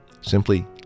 Simply